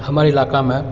हमर इलाकामे